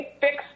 fix